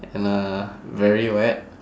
and uh very wet